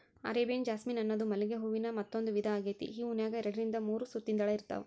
Arabian jasmine ಅನ್ನೋದು ಮಲ್ಲಿಗೆ ಹೂವಿನ ಮತ್ತಂದೂ ವಿಧಾ ಆಗೇತಿ, ಈ ಹೂನ್ಯಾಗ ಎರಡರಿಂದ ಮೂರು ಸುತ್ತಿನ ದಳ ಇರ್ತಾವ